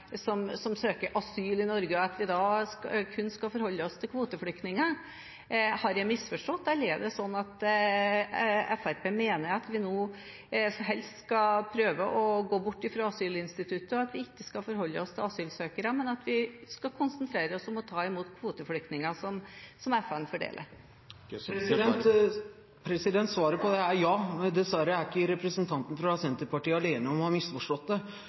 som søker asyl i Norge, og at vi da kun skal forholde oss til kvoteflyktninger. Har jeg misforstått, eller er det sånn at Fremskrittspartiet mener at vi nå helst skal prøve å gå bort fra asylinstituttet – at vi ikke skal forholde oss til asylsøkere, men at vi skal konsentrere oss om å ta imot kvoteflyktninger som FN fordeler? Svaret på det er ja. Dessverre er ikke representanten fra Senterpartiet alene om å ha misforstått det,